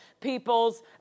people's